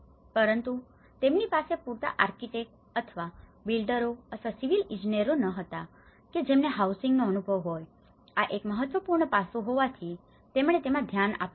પરંતુ તેમની પાસે પૂરતા આર્કિટેક્ટ અથવા બિલ્ડરો અથવા સિવિલ ઇજનેરો ન હતા કે જેમને હાઉસિંગનો housingઆવાસન અનુભવ હોય આ એક મહત્વપૂર્ણ પાસું હોવાથી તેમણે તેમાં ધ્યાન આપ્યું હતું